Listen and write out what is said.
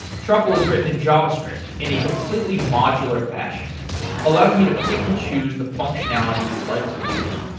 truffle is written in javascript in a completely modular fashion allowing you to pick and choose the functionality you'd like to use.